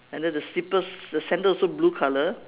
and then the slippers the sandal also blue colour